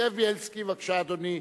זאב בילסקי, בבקשה, אדוני.